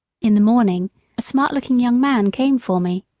in the morning a smart-looking young man came for me.